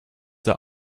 that